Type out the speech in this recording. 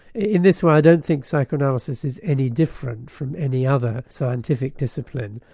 in this way i don't think psychoanalysis is any different from any other scientific discipline,